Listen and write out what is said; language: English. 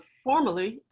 formally,